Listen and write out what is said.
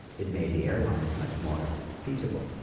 it made the airlines much more feasible.